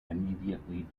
immediately